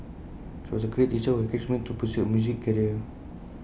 she was A great teacher who encouraged me to pursue A music career